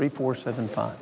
three four seven five